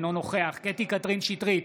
אינו נוכח קטי קטרין שטרית,